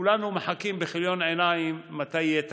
כולנו מחכים בכיליון עיניים, מתי יהיה תקציב,